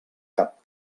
cap